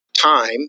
time